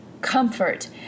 comfort